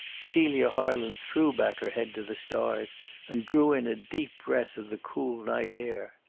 celia harland threw back her head to the stars and drew in a deep breath of the cool night air.